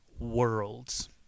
Worlds